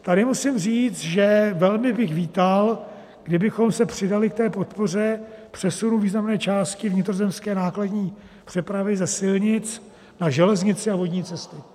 Tady musím říct, že bych velmi vítal, kdybychom se přidali k té podpoře přesunu významné části vnitrozemské nákladní přepravy ze silnic na železnice a vodní cesty.